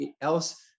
else